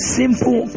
simple